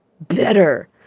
better